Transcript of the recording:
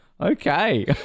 Okay